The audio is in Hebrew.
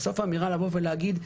בסוף האמירה לבוא ולהגיד,